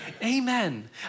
Amen